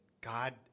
God